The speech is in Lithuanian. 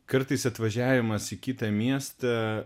kartais atvažiavimas į kitą miestą